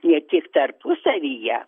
ne tik tarpusavyje